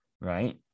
right